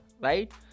right